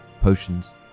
potions